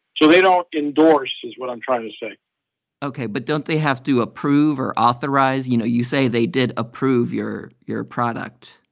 so they don't endorse is what i'm trying to say ok. but don't they have to approve or authorize you know, you say they did approve your your product